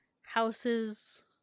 houses